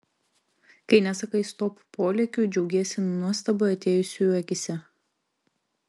kai nesakai stop polėkiui džiaugiesi nuostaba atėjusiųjų akyse